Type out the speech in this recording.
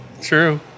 True